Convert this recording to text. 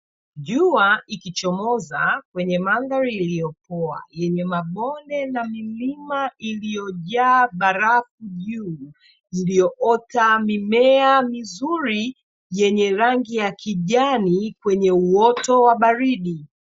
Jua ikichomoza kwenye mandhari iliyopoa, yenye mabonde na milima iliyojaa barafu juu, ziliyoota mimea mizuri yenye rangi ya kijani kwenye uoto wa baridi.